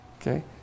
Okay